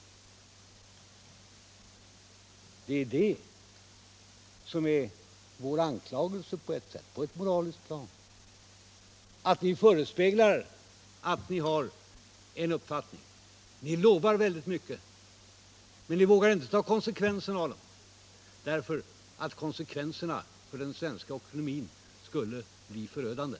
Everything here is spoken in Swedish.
Det är ju det som är 13 oktober 1977 vår anklagelse på ett moraliskt plan, att ni förespeglar människorna at — ni har er uppfattning och lovar väldigt mycket, men sedan vågar ni inte Om utsträckt tid för ta konsekvenserna av den uppfattningen därför att konsekvenserna för = statsbidrag till den svenska ekonomin skulle bli förödande.